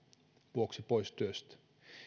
vuoksi pois työstä